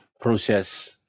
process